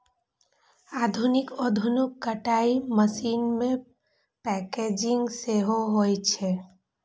आधुनिक औद्योगिक कताइ मशीन मे पैकेजिंग सेहो होइ छै